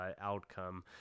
outcome